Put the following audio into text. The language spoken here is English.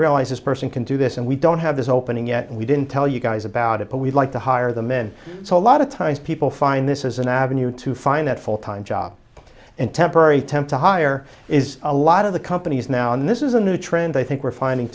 realize this person can do this and we don't have this opening and we didn't tell you guys about it but we'd like to hire them and so a lot of times people find this is an avenue to find that full time job and temporary temp to hire is a lot of the companies now and this is a new trend i think we're finding